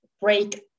break